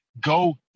go